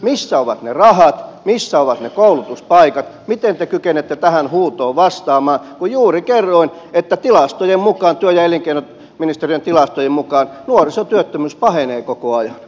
missä ovat ne rahat missä ovat ne koulutuspaikat miten te kykenette tähän huutoon vastaamaan kun juuri kerroin että tilastojen mukaan työ ja elinkeinoministeriön tilastojen mukaan nuorisotyöttömyys pahenee koko ajan